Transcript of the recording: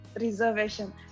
reservation